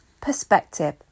Perspective